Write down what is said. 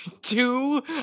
Two